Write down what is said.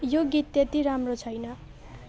यो गीत त्यति राम्रो छैन